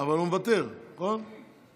אבל הוא מוותר, נכון?